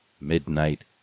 Midnight